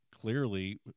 clearly